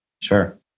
sure